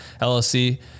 LLC